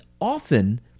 often